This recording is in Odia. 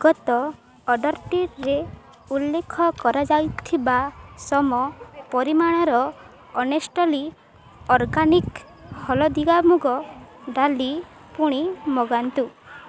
ଗତ ଅର୍ଡ଼ର୍ଟିରେ ଉଲ୍ଲେଖ କରାଯାଇଥିବା ସମପରିମାଣର ଅନେଷ୍ଟଲି ଅର୍ଗାନିକ୍ ହଳଦିଆ ମୁଗ ଡାଲି ପୁଣି ମଗାନ୍ତୁ